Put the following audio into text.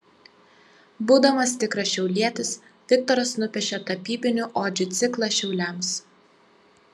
būdamas tikras šiaulietis viktoras nupiešė tapybinių odžių ciklą šiauliams